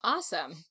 Awesome